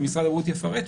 ומשרד הבריאות יפרט,